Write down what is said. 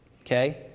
Okay